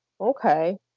okay